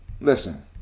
listen